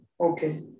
Okay